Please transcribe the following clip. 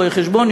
רואי-חשבון,